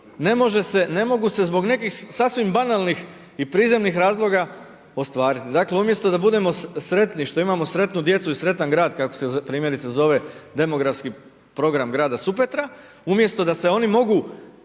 ne mogu se zbog nekih sasvim banalnih i prizemnih razloga ostvariti. Dakle umjesto da budemo sretni što imamo sretnu djecu i sretan grad kako se primjerice zove demografski program grada Supetra, umjesto da se oni mogu